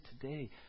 today